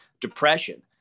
depression